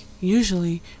Usually